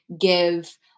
give